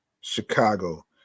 Chicago